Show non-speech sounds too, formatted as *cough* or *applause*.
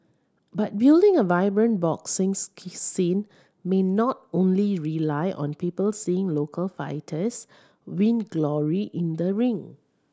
but building a vibrant boxing *unintelligible* scene may not only rely on people seeing local fighters win glory in the ring